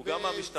הוא גם מהמשטרה.